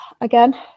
again